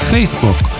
Facebook